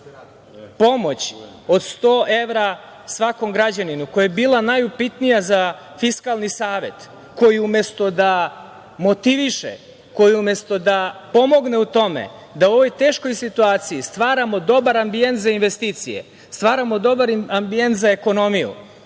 pomoć od 100 evra svakom građaninu, koja je bila najupitnija za Fiskalni savet, koji umesto da motiviše, koji umesto da pomogne u tome da u ovoj teškoj situaciji stvaramo dobar ambijent za investicije, stvaramo dobar ambijent za ekonomiju,